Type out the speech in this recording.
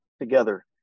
together